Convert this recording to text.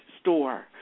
store